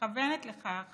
מכוונת לכך